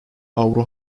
avro